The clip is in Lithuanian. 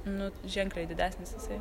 nu ženkliai didesnis jisai